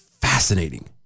fascinating